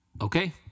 Okay